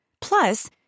Plus